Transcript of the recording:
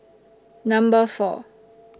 Number four